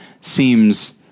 seems